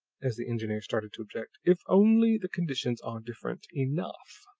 as the engineer started to object, if only the conditions are different enough.